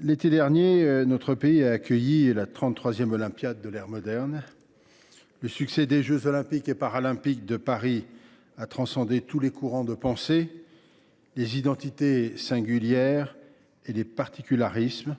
L’été dernier, notre pays a accueilli les trente troisièmes Jeux de l’ère moderne. Le succès des jeux Olympiques et Paralympiques de Paris a transcendé tous les courants de pensée, les identités singulières et les particularismes.